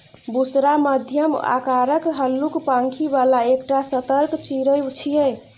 बुशरा मध्यम आकारक, हल्लुक पांखि बला एकटा सतर्क चिड़ै छियै